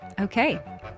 Okay